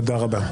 תודה רבה.